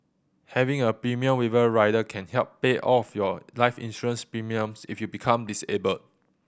having a premium waiver rider can help pay all of your life insurance premiums if you become disabled